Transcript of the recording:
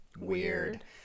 weird